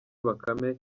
bakame